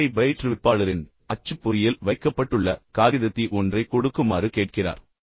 சஞ்சய் பயிற்றுவிப்பாளரின் அச்சுப்பொறியில் வைக்கப்பட்டுள்ள காகிதங்களைப் பார்த்து எனக்கு ஒரு காகிதத்தைக் கொடுக்குமாறு கேட்கிறார்